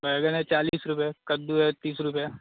बैगन है चालीस रुपए कद्दू है तीस रुपया